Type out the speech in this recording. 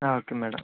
okay madam